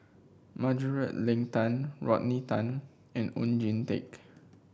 Margaret Leng Tan Rodney Tan and Oon Jin Teik